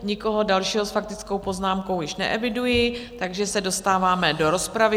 Nikoho dalšího s faktickou poznámkou již neeviduji, takže se dostáváme do rozpravy.